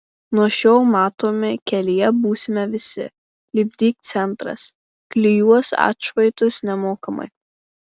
nuo šiol matomi kelyje būsime visi lipdyk centras klijuos atšvaitus nemokamai